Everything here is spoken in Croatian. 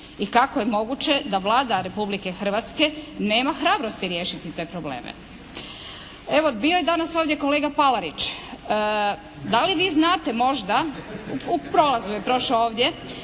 I kako je moguće da Vlada Republike Hrvatske nema hrabrosti riješiti te probleme? Evo, bio je danas ovdje kolega Palarić. Da li vi znate možda, u prolazu je prošao ovdje,